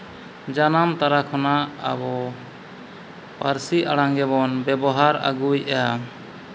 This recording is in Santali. ᱡᱟᱱᱟᱢ ᱛᱚᱨᱟ ᱠᱷᱚᱱᱟᱜ ᱟᱵᱚ ᱯᱟᱹᱨᱥᱤ ᱟᱲᱟᱝ ᱜᱮᱵᱚᱱ ᱵᱮᱵᱚᱦᱟᱨ ᱟᱹᱜᱩᱭᱮᱫᱟ